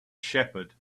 shepherd